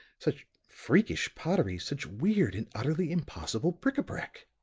such freakish pottery, such weird and utterly impossible bric-a-brac.